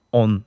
on